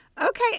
okay